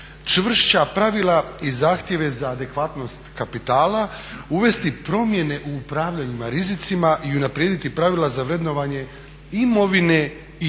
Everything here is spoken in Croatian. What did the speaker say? čvršća pravila i zahtjeve za adekvatnost kapitala, uvesti promjene u upravljanjima rizicima i unaprijediti pravila za vrednovanje imovine i obaveza.